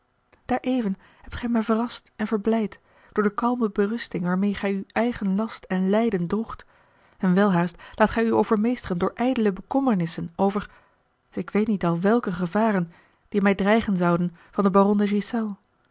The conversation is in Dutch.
daareven hebt gij mij verrast en verblijd door de kalme berusting waarmeê gij uw eigen last en lijden droegt en welhaast laat gij u overmeesteren door ijdele bekommernissen over ik weet niet al welke gevaren die mij dreigen zouden van den baron